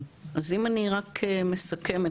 אם אני רק מסכמת,